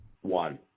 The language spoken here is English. One